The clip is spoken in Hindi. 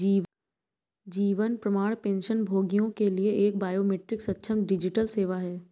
जीवन प्रमाण पेंशनभोगियों के लिए एक बायोमेट्रिक सक्षम डिजिटल सेवा है